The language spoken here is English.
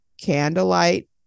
candlelight